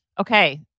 Okay